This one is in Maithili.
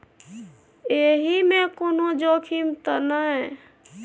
एहि मे कोनो जोखिम त नय?